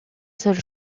seul